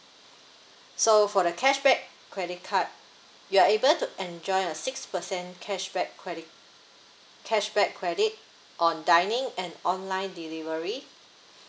so for the cashback credit card you are able to enjoy a six percent cashback credit cashback credit on dining and online delivery